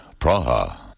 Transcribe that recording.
Praha